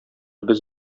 без